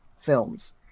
films